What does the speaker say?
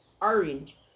Orange